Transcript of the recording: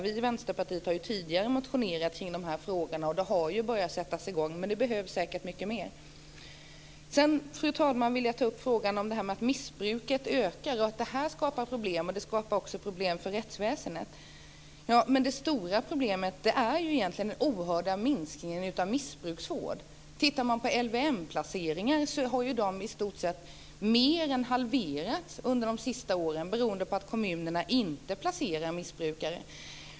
Vi i Vänsterpartiet har ju tidigare motionerat om dessa frågor, och det har ju börjat ske saker, men det behövs säkert mycket mer. Fru talman! Jag vill ta upp frågan om att missbruket ökar och att det skapar problem. Det skapar också problem för rättsväsendet. Men det stora problemet är ju egentligen den kraftiga minskningen av missbruksvård. Om man tittar på LVM-placeringarna så har ju de mer än halverats under de senaste åren beroende på att kommunerna inte placerar missbrukare.